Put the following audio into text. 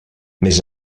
més